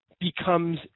Becomes